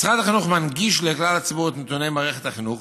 משרד החינוך מנגיש לכלל הציבור את נתוני מערכת החינוך,